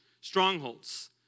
strongholds